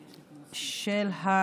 של,